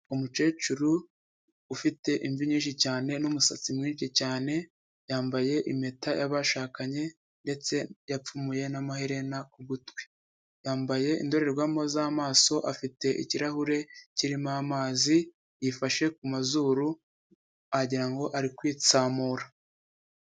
Umukecuru ufite imvi nyinshi cyane n'umusatsi mwinshi cyane yambaye impeta y'abashakanye ndetse yapfumuye n'amaherena ku gutwi, yambaye indorerwamo z'amaso afite ikirahure kiririmo amazi, yifashe ku mazuru wagirango ari kwitsamura.